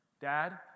Dad